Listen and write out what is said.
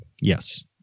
Yes